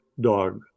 dog